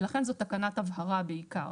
ולכן זו תקנת הבהרה בעיקר.